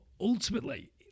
ultimately